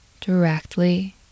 directly